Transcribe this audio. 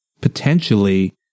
potentially